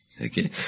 Okay